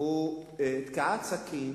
הוא תקיעת סכין